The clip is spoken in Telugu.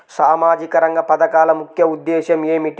సామాజిక రంగ పథకాల ముఖ్య ఉద్దేశం ఏమిటీ?